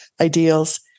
ideals